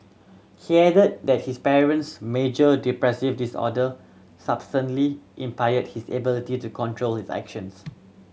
he added that his patient's major depressive disorder substantially impaired his ability to control his actions